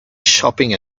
shopping